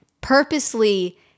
purposely